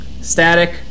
static